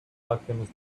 alchemist